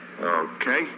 okay